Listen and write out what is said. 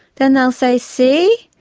then they'll say see?